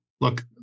look